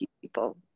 people